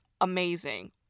amazing